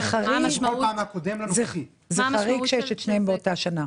זה חריג שיש את שניהם באותה שנה.